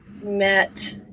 met